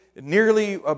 nearly